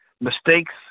Mistakes